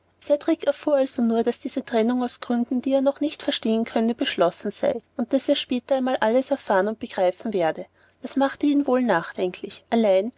also nur daß diese trennung aus gründen die er noch nicht verstehen könne beschlossen sei und daß er später einmal alles erfahren und begreifen werde das machte ihn wohl nachdenklich allein